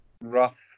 Rough